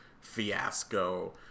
fiasco